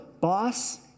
boss